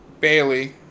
Bailey